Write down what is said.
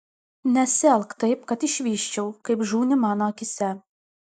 nesielk taip kad išvysčiau kaip žūni mano akyse